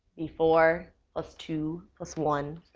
be four plus two plus one,